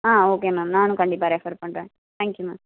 ஆ okay ma'am நானும் கண்டிப்பாக refer பண்ணுறேன் தேங்க்யூ மேம்